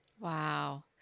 Wow